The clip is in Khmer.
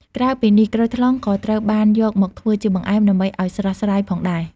ក្រៅពីនេះ ក្រូចថ្លុងក៏ត្រូវបានយកមកធ្វើជាបង្អែមដើម្បីឲ្យស្រស់ស្រាយផងដែរ។